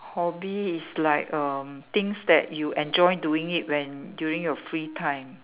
hobby is like err things that you enjoy doing it when during your free time